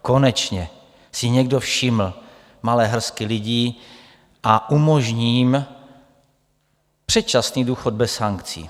Konečně si někdo všiml malé hrstky lidí a umožní jim předčasný důchod bez sankcí.